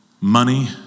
money